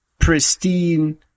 pristine